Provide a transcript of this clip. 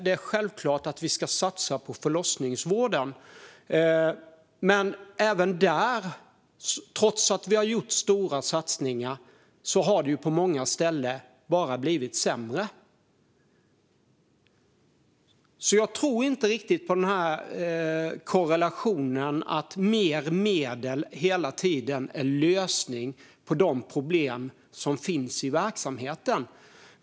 Det är självklart att vi ska satsa på förlossningsvården, men även där har det på många ställen bara blivit sämre trots att vi har gjort stora satsningar. Jag tror inte riktigt på korrelationen att mer medel hela tiden är en lösning på de problem som finns i verksamheten.